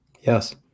Yes